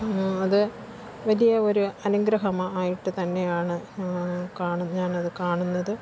അതു വലിയ ഒരു അനുഗ്രഹമായിട്ട് തന്നെയാണ് കാണ് ഞാനതു കാണുന്നത്